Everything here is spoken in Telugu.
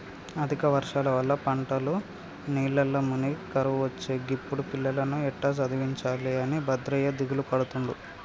అధిక వర్షాల వల్ల పంటలు నీళ్లల్ల మునిగి కరువొచ్చే గిప్పుడు పిల్లలను ఎట్టా చదివించాలె అని భద్రయ్య దిగులుపడుతుండు